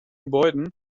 gebäuden